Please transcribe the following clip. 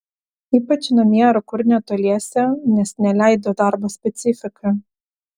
ypač namie ar kur netoliese nes neleido darbo specifika